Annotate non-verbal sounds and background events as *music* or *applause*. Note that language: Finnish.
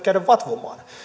*unintelligible* käydä vatvomaan